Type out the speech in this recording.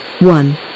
One